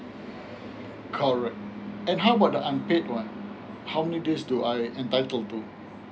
correct and how about the unpaid one how many days do I entitled to